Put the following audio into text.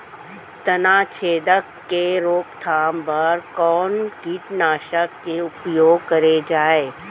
तनाछेदक के रोकथाम बर कोन कीटनाशक के उपयोग करे जाये?